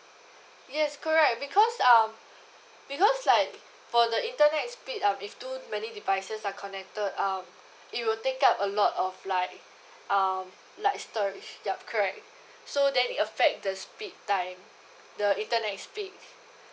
yes correct because um because like for the internet speed um if too many devices are connected um it will take up a lot of like um like storage yup correct so then it affects the speed time the internet speed